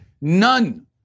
None